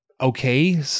okay